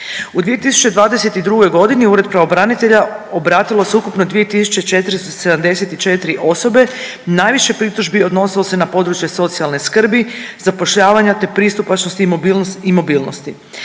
U 2022. godini u Ured pravobranitelja obratilo se ukupno 2474 osobe. Najviše pritužbi odnosilo se na područje socijalne skrbi, zapošljavanja, te pristupačnosti i mobilnosti.